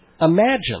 Imagine